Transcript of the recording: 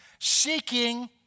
seeking